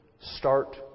start